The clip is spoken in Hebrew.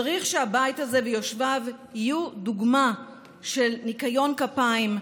צריך שהבית הזה ויושביו יהיו דוגמה של ניקיון כפיים,